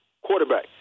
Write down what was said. quarterback